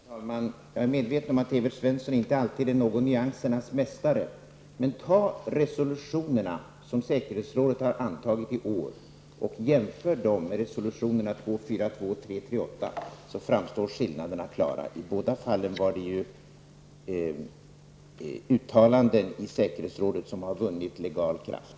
Herr talman! Jag är medveten om att Evert Svensson inte alltid är någon nyansernas mästare, men ta de resolutioner som säkerhetsrådet har antagit i år och jämför dem med resolutionerna 242 och 338! Då framstår skillnaderna klart. I båda fallen gäller det ju uttalanden i säkerhetsrådet vilka vunnit legal kraft.